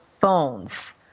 phones